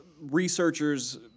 researchers